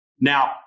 Now